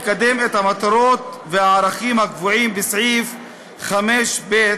לקדם את המטרות והערכים הקבועים בסעיף 5(ב)